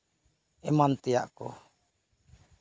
ᱮᱢᱟᱱ ᱛᱮᱭᱟᱜ ᱠᱚ